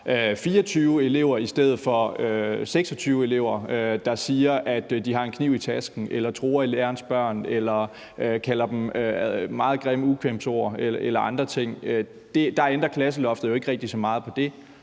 24 elever i stedet for 26 elever, der siger, at de har en kniv i tasken, eller truer lærerens børn eller kalder dem nogle meget grimme ukvemsord eller andre ting. Der ændrer klasseloftet jo ikke rigtig så meget på det,